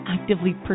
actively